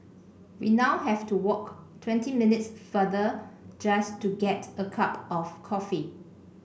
we now have to walk twenty minutes farther just to get a cup of coffee